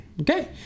Okay